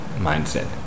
mindset